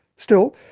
still,